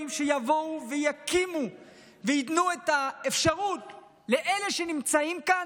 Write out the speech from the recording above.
שיבואו ויקימו וייתנו את האפשרות לאלה שנמצאים כאן,